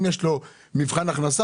אם יש לו מבחן הכנסה,